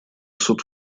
суд